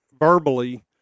verbally